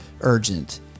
urgent